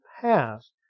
past